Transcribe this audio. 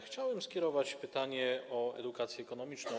Chciałbym skierować pytanie o edukację ekonomiczną.